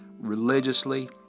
religiously